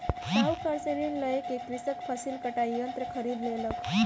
साहूकार से ऋण लय क कृषक फसिल कटाई यंत्र खरीद लेलक